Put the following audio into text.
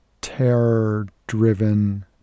terror-driven